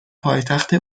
پایتخت